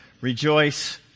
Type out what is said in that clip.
rejoice